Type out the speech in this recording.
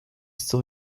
still